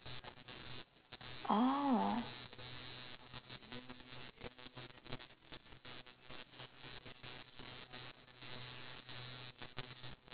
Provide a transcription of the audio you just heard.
oh